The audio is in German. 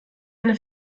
eine